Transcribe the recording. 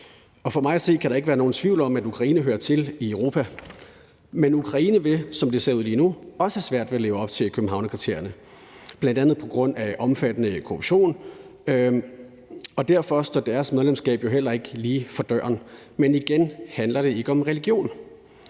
For mig at se kan der ikke være nogen tvivl om, at Ukraine hører til i Europa. Men Ukraine vil, som det ser ud lige nu, også have svært ved at leve op til Københavnskriterierne, bl.a. på grund af omfattende korruption, og derfor står deres medlemskab jo heller ikke lige for døren. Men igen handler det ikke om religion.